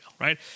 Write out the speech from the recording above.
right